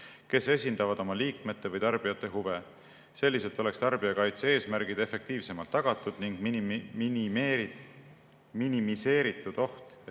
kes esindavad oma liikmete või tarbijate huve. Selliselt oleks tarbijakaitse eesmärgid efektiivsemalt tagatud ning minimiseeritud oht,